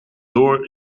door